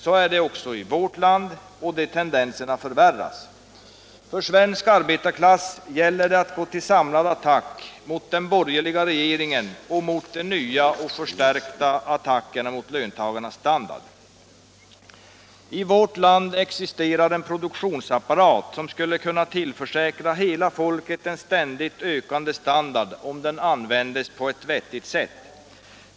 Så är det också i vårt eget land, och de tendenserna förvärras. För svensk arbetarklass gäller det att gå till samlad attack mot den borgerliga regeringen och de nya och förstärkta angreppen på löntagarnas standard. I vårt land existerar en produktionsapparat som skulle kunna tillförsäkra hela folket en ständigt stigande standard om den användes på ett vettigt sätt.